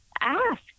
Ask